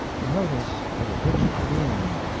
you notice what a rich gloom,